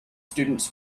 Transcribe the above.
students